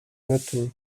network